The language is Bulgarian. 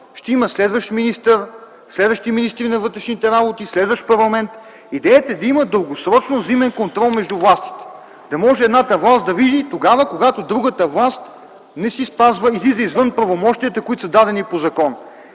Ще има следващ министър, следващи министри на вътрешните работи, следващ парламент. Идеята е да има дългосрочно взаимен контрол между властите. Да може едната власт да види, когато другата власт излиза извън правомощията, които са дадени по закон.